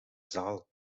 zaal